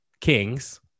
kings